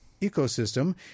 ecosystem